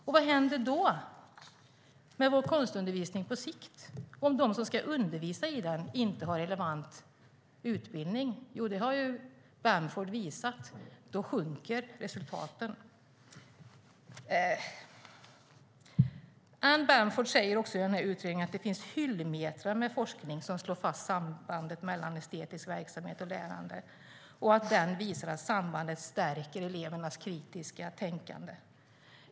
Och vad händer med vår konstundervisning på sikt om de som ska undervisa inte har relevant utbildning? Jo - det har Bamford visat - då sjunker resultaten. Anne Bamford säger i den här utredningen att det finns hyllmeter med forskning som slår fast sambandet mellan estetisk verksamhet och lärande och som visar att det stärker elevernas kritiska tänkande.